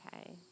okay